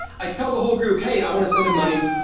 i tell the whole group, hey, i want to send him money,